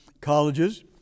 colleges